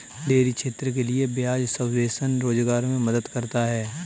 dairy क्षेत्र के लिये ब्याज सबवेंशन रोजगार मे मदद करता है